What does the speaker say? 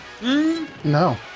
no